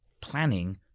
planning